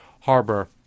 harbor